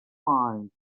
mind